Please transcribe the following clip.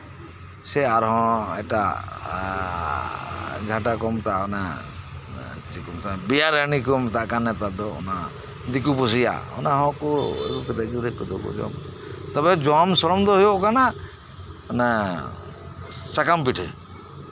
ᱥᱮ ᱟᱨᱦᱚᱸ ᱮᱴᱟᱜ ᱡᱟᱦᱟᱸᱴᱟᱜ ᱠᱚ ᱢᱮᱛᱟᱜ ᱵᱤᱨᱭᱟᱨᱟᱱᱤ ᱠᱚ ᱢᱮᱛᱟᱜ ᱠᱟᱱᱟ ᱱᱮᱛᱟᱨ ᱫᱚ ᱟᱫᱚ ᱚᱱᱟ ᱫᱤᱠᱩ ᱯᱩᱥᱤᱭᱟᱜ ᱠᱚ ᱟᱹᱜᱩᱭᱟ ᱜᱤᱫᱽᱨᱟᱹᱨ ᱯᱤᱫᱟᱹᱨ ᱠᱚ ᱡᱚᱢᱟ ᱛᱚᱵᱮ ᱡᱚᱢ ᱥᱚᱲᱚᱢ ᱫᱚ ᱦᱩᱭᱩᱜ ᱠᱟᱱᱟ ᱥᱟᱠᱟᱢ ᱯᱤᱴᱷᱟᱹ